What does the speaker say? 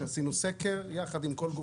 עשינו סקר יחד עם כל גופי האכיפה.